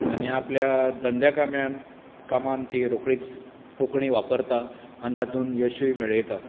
आनी आपल्या धंद्या काम्यान कामान ती रोकडीच कोंकणी वापरता आनी तातूंत यशूय मेळयता